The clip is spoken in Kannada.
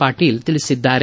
ಪಾಟೀಲ ತಿಳಿಸಿದ್ದಾರೆ